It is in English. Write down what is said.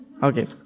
Okay